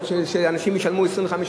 כזאת שתהיה חנינה כזאת שאנשים ישלמו 25%,